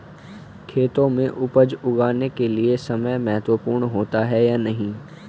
खेतों में उपज उगाने के लिये समय महत्वपूर्ण होता है या नहीं?